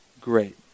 Great